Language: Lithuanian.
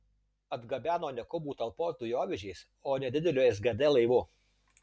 atgabeno ne kubų talpos dujovežiais o nedideliu sgd laivu